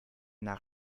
nach